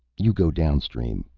you go downstream.